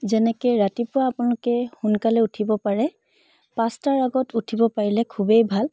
যেনেকৈ ৰাতিপুৱা আপোনলোকে সোনকালে উঠিব পাৰে পাঁচটাৰ আগত উঠিব পাৰিলে খুবেই ভাল